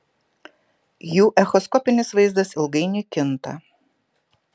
jų echoskopinis vaizdas ilgainiui kinta